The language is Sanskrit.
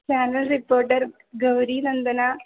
channel reporter Gaurinandana